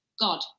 God